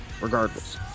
regardless